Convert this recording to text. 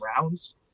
rounds